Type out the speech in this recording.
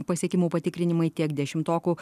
pasiekimų patikrinimai tiek dešimtokų